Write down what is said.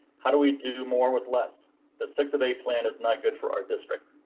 how do we do more with less the six of eight plan is not good for our district.